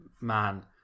Man